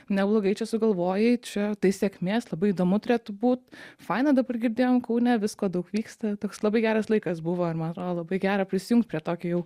neblogai čia sugalvojai čia tai sėkmės labai įdomu turėtų būt faina dabar girdėjom kaune visko daug vyksta toks labai geras laikas buvo ir man atrodo labai gera prisijungt prie tokio jau